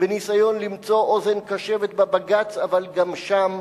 בניסיון למצוא אוזן קשבת בבג"ץ, אבל גם שם